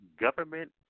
government